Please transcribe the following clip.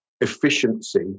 efficiency